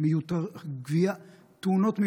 תאונות מיותרות,